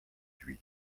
huit